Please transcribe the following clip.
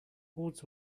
boards